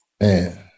Man